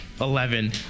Eleven